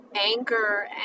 anger